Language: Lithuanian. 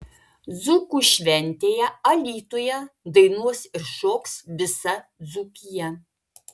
dzūkų šventėje alytuje dainuos ir šoks visa dzūkija